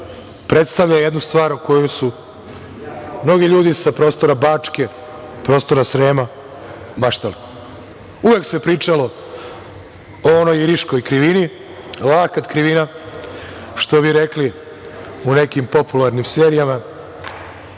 predstavlja jednu stvar o kojoj su mnogi ljudi sa prostora Bačke, prostora Srema maštali. Uvek se pričalo o onoj Iriškoj krivini, lakat krivina, što bi rekli u nekim popularnim serijama,